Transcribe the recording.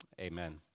Amen